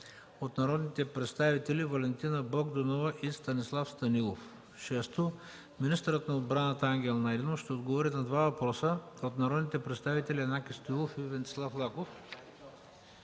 от народните представители Валентина Богданова и Станислав Станилов. 6. Министърът на отбраната Ангел Найденов ще отговори на два въпроса от народните представители Янаки Стоилов и Венцислав Лаков.